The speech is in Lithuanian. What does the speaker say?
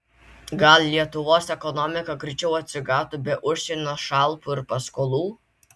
gal lietuvos ekonomika greičiau atsigautų be užsienio šalpų ir paskolų